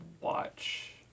watch